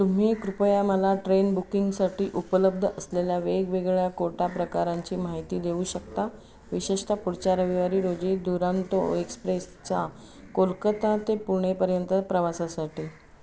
तुम्ही कृपया मला ट्रेन बुकिंगसाठी उपलब्ध असलेल्या वेगवेगळ्या कोटा प्रकारांची माहिती देऊ शकता विशेषत पुढच्या रविवारी रोजी दुरांतो एक्सप्रेसचा कोलकता ते पुणेपर्यंत प्रवासासाठी